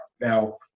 Now